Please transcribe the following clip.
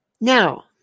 now